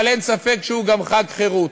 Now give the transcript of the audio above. אבל אין ספק שהוא גם חג חירות.